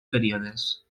períodes